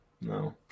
no